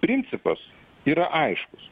principas yra aiškus